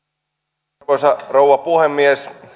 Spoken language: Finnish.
arvoisa rouva puhemies